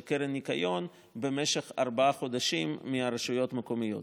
קרן הניקיון במשך ארבעה חודשים מהרשויות המקומיות.